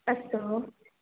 अस्तु